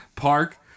park